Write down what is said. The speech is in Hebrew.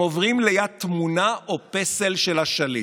עוברים ליד תמונה או פסל של השליט.